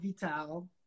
vital